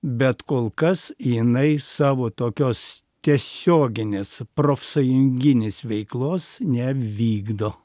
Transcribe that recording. bet kol kas jinai savo tokios tiesioginės profsąjunginės veiklos nevykdo